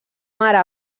mare